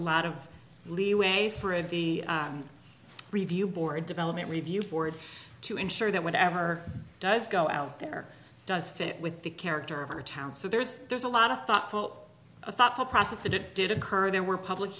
lot of leeway for the review board development review board to ensure that whatever does go out there does fit with the character of our town so there's there's a lot of thoughtful thoughtful process that it did occur there were public